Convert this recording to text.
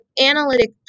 analytic